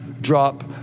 drop